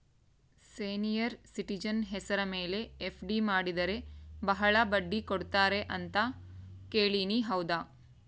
Senior citizen ಹೆಸರ ಮೇಲೆ FD ಮಾಡಿದರೆ ಬಹಳ ಬಡ್ಡಿ ಕೊಡ್ತಾರೆ ಅಂತಾ ಕೇಳಿನಿ ಹೌದಾ?